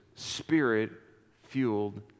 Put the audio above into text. Spirit-fueled